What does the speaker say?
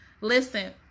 Listen